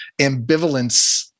ambivalence